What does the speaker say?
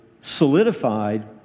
solidified